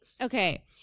okay